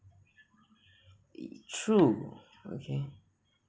true okay